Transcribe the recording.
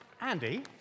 Andy